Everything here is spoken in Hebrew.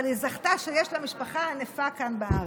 היא זכתה שיש לה משפחה ענפה כאן בארץ.